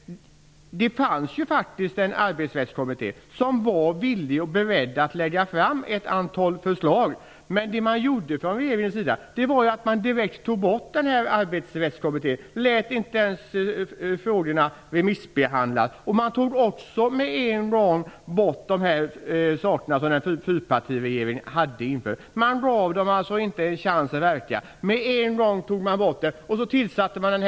Det fanns ju faktiskt en arbetsrättskommitté som var villig och beredd att lägga fram ett antal förslag. Men vad regeringen gjorde var att direkt lägga ned Arbetsrättskommittén utan att ens låta frågorna remissbehandlas. De åtgärder som fyrpartiregeringen hade infört togs bort på en gång. De fick alltså inte chans att verka.